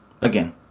Again